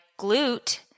glute